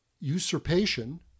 usurpation